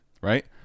Right